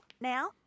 now